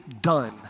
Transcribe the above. done